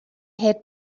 had